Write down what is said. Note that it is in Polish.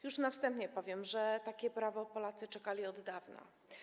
Już na wstępie powiem, że na takie prawo Polacy czekali od dawna.